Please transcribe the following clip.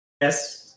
Yes